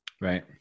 Right